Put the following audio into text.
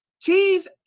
Keys